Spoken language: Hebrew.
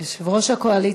יושב-ראש הקואליציה.